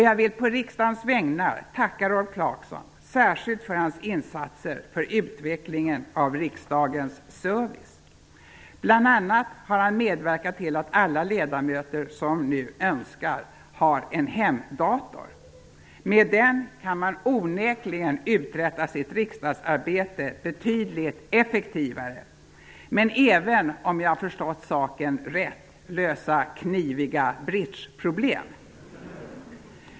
Jag vill på riksdagens vägnar tacka Rolf Clarkson särskilt för hans insatser för utvecklingen av riksdagens service. Bl.a. har han medverkat till att alla ledamöter som så önskar nu har en hemdator. Med den kan man onekligen uträtta sitt riksdagsarbete betydligt effektivare, men även -- om jag har förstått saken rätt -- lösa kniviga bridgeproblem.